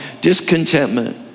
Discontentment